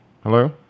Hello